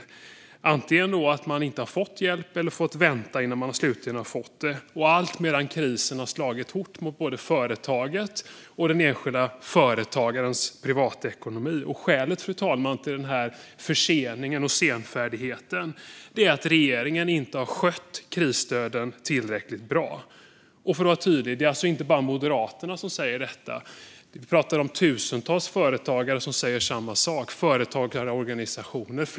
Man har antingen inte fått hjälp eller fått vänta innan man slutligen har fått det, alltmedan krisen slagit hårt mot både företaget och den enskilda företagarens privatekonomi. Skälet, fru talman, till denna försening och senfärdighet är att regeringen inte har skött krisstöden tillräckligt bra. Och för att vara tydlig: Det är inte bara Moderaterna som säger det. Vi pratar om tusentals företagare som säger samma sak, företagarorganisationer likaså.